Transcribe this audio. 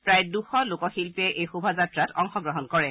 প্ৰায় দুশ লোক শিল্পীয়ে এই শোভাযাত্ৰাত অংশগ্ৰহণ কৰিছে